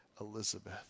Elizabeth